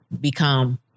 become